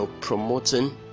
promoting